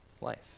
life